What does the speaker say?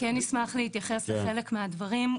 כן נשמח להתייחס לחלק מהדברים.